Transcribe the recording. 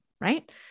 right